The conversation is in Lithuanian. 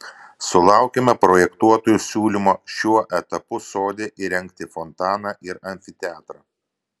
sulaukėme projektuotojų siūlymo šiuo etapu sode įrengti fontaną ir amfiteatrą